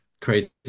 crazy